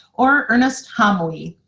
or ernest hamwi.